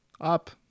up